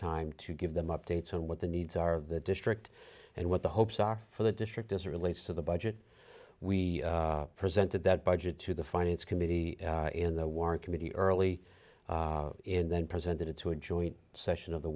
time to give them updates on what the needs are of the district and what the hopes are for the district as relates to the budget we presented that budget to the finance committee in the war committee early in then presented it to a joint session of the